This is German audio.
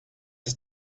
ist